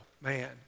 man